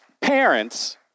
Parents